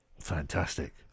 fantastic